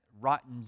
rotten